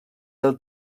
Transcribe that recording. del